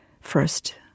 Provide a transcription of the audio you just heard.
first